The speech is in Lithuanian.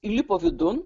įlipo vidun